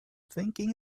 thinking